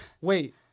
wait